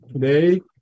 Today